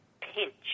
pinch